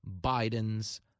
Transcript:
Biden's